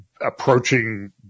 approaching